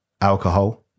alcohol